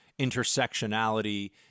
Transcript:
intersectionality